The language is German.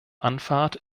anfahrt